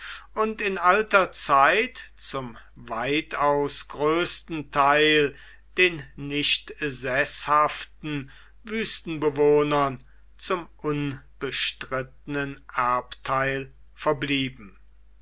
und in alter zeit zum weitaus größten teil den nicht seßhaften wüstenbewohnern zum unbestrittenen erbteil verblieben